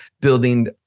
building